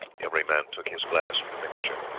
every man took his glass of the mixture.